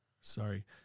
Sorry